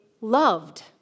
loved